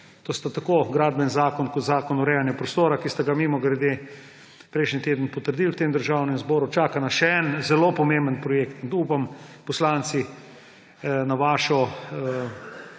To sta tako Gradbeni zakon kot Zakon o urejanju prostora, ki ste ga − mimogrede − prejšnji teden potrdili v tem državnem zboru. Čaka naš še en zelo pomemben projekt, in tu upam, poslanci, na vašo